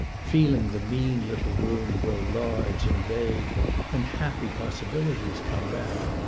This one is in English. feeling the mean little room grow large and vague and happy possibilities come back.